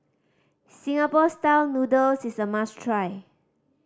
Singapore Style Noodles is a must try